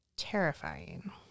Terrifying